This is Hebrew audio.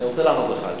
אני רוצה לענות לך.